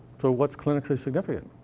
so what's clinically significant?